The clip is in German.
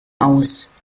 aus